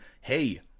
hey